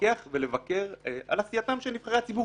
לפקח ולבקר על עשייתם של נבחרי הציבור,